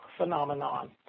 Phenomenon